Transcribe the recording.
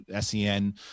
SEN